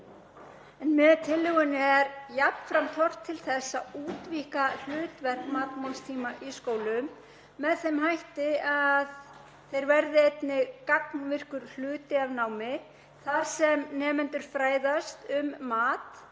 en með tillögunni er jafnframt horft til þess að útvíkka hlutverk matmálstíma í skólum með þeim hætti að þeir verði einnig gagnvirkur hluti af námi þar sem nemendur fræðast um mat